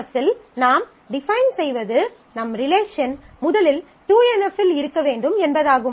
3NF இல் நாம் define செய்வது நம் ரிலேஷன் முதலில் 2NF இல் இருக்க வேண்டும் என்பதாகும்